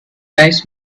times